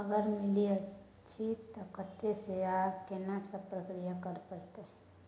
अगर मिलय अछि त कत्ते स आ केना सब प्रक्रिया करय परत?